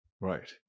Right